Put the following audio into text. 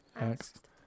asked